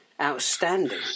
outstanding